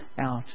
out